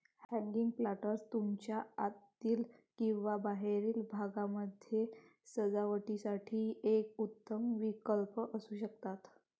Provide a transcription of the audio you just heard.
hanging planters तुमच्या आतील किंवा बाहेरील भागामध्ये सजावटीसाठी एक उत्तम विकल्प असू शकतात